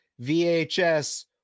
vhs